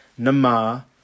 Namah